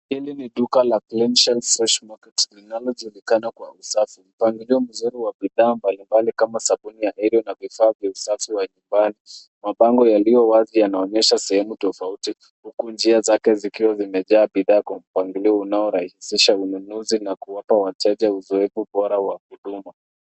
Hili ni duka la Clean Shelf Fresh Market linalojulikana kwa usafi. Mpangilio mzuri wa bidhaa mbalimbali kama sabuni za Ariel na vifaa vya usafi wa nyumbani. Mabango yalioyowazi yanaonyesha sehemu tofauti huku njia zake zikiwa zimejaa bidhaa kwa mpangilio unaorahisisha ununuzi na kuwapa wateja uzoefu bora wa huduma.